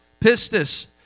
Pistis